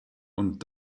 und